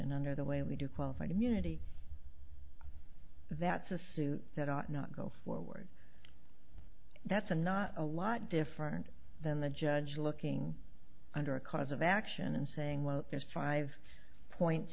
and under the way we do qualified immunity that's a suit that ought not go forward that's a not a lot different than the judge looking under a cause of action and saying well there's five points